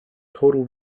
total